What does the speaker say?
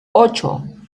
ocho